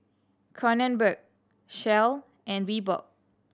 Kronenbourg Shell and Reebok